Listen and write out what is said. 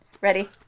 Ready